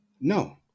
No